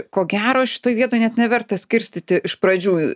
ko gero šitoj vietoj net neverta skirstyti iš pradžių